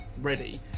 ready